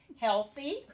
Healthy